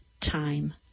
time